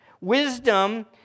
Wisdom